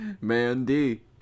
Mandy